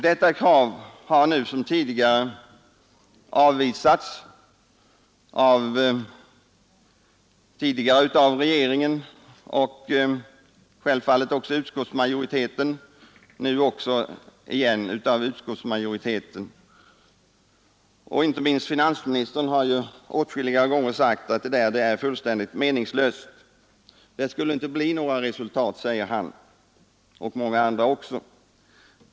Detta krav har nu som tidigare avvisats både av regeringen, inte minst finansministern, och av utskottsmajoriteten som meningslöst. Både finansministern och många övriga socialdemokrater har hävdat att sådana inte skulle ge några resultat.